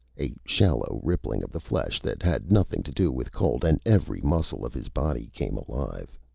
a shallow rippling of the flesh that had nothing to do with cold, and every muscle of his body came alive.